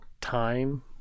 time